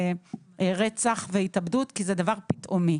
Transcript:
רצח והתאבדות כי זה דבר פתאומי.